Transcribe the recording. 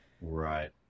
Right